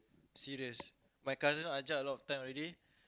serious my cousin ajak a lot of time already